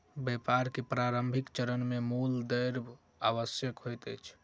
व्यापार के प्रारंभिक चरण मे मूल द्रव्य आवश्यक होइत अछि